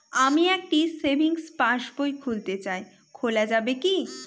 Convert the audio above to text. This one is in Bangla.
আমি একটি সেভিংস পাসবই খুলতে চাই খোলা যাবে কি?